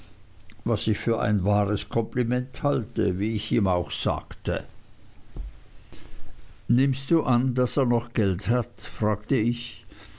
was ich für ein wahres kompliment halte wie ich ihm auch sagte nimmst du an daß er noch geld hat fragte ich